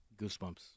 Goosebumps